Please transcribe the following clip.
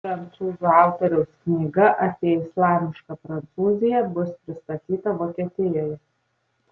prancūzų autoriaus knyga apie islamišką prancūziją bus pristatyta vokietijoje